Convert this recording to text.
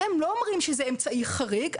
אתם לא אומרים שזה אמצעי חריג,